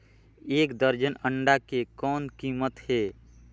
एक दर्जन अंडा के कौन कीमत हे?